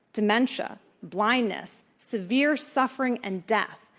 dementia, blindness, severe suffering and death.